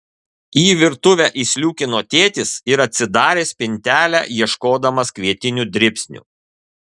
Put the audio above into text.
į virtuvę įsliūkino tėtis ir atsidarė spintelę ieškodamas kvietinių dribsnių